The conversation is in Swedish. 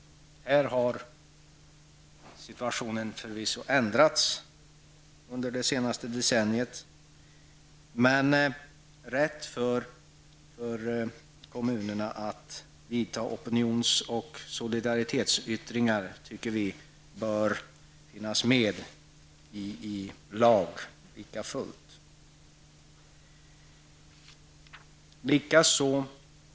Här har situationen förvisso ändrats under det senaste decenniet, men rätt för kommunerna att vidta opinions och solidaritetsyttringar tycker vi lika fullt bör finnas med i lag.